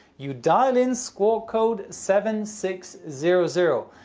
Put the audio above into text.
you dial in squawk code seven six zero zero,